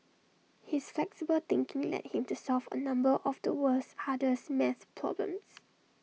his flexible thinking led him to solve A number of the world's hardest math problems